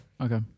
okay